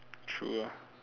true ah